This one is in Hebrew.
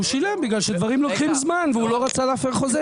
הוא שילם בגלל שדברים לוקחים זמן והוא לא רצה להפר חוזה.